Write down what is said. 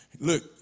Look